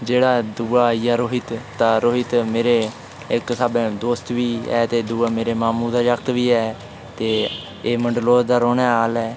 जेह्ड़ा दूआ आई गेआ रोहित ते रोहित मेरे स्हाबै इक दोस्त बी ऐ ते दूआ मेरे मामु दा जागत् बी ऐ ते एह् मंडलोए दा रौह्ने आह्ला ऐ